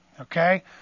Okay